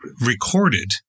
recorded